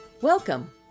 Welcome